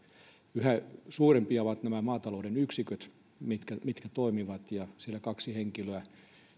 yhä suurempia ovat nämä maatalouden yksiköt mitkä mitkä toimivat ja siellä kaksi henkilöä